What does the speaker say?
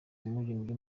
umuririmbyi